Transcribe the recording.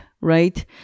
right